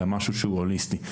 אלא משהו שהוא הוליסטי.